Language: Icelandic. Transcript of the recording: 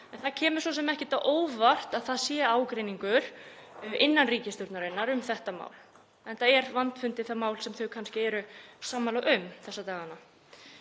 En það kemur svo sem ekkert á óvart að það sé ágreiningur innan ríkisstjórnarinnar um þetta mál, enda er vandfundið það mál sem þau kannski eru sammála um þessa dagana.